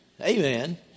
Amen